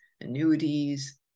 annuities